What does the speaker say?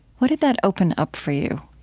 what did that open up for you?